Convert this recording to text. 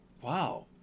wow